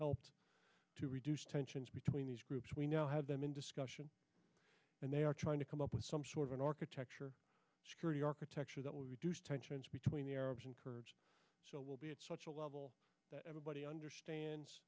helped to reduce tensions between these groups we now have them in discussion and they are trying to come up with some sort of an architecture security architecture that will reduce tensions between the arabs and kurds so will be at such a level that everybody understands